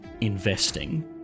investing